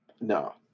No